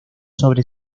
sobre